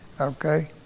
Okay